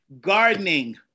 gardening